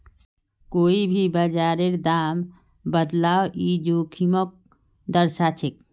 कोई भी बाजारेर दामत बदलाव ई जोखिमक दर्शाछेक